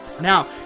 Now